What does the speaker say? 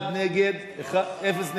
אחד נגד, אפס נמנעים.